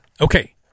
Okay